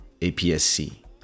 APS-C